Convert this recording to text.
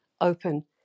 open